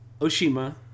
Oshima